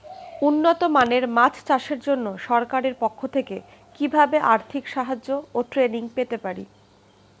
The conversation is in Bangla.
উন্নত মানের মাছ চাষের জন্য সরকার পক্ষ থেকে কিভাবে আর্থিক সাহায্য ও ট্রেনিং পেতে পারি?